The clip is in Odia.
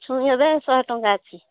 ଛୁଇଁ ଏବେ ଶହେ ଟଙ୍କା ଅଛି